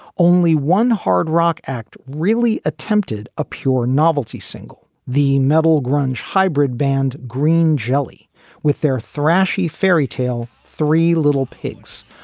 only one hard rock act really attempted a pure novelty single. the metal grunge hybrid band green jelly with their thrashes tale. three little pigs,